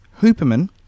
Hooperman